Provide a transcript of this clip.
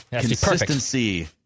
Consistency